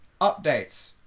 updates